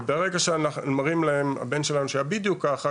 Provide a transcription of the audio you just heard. ברגע שאנחנו מראים להם את הבן שלנו שהיה בדיוק ככה,